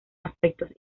aspectos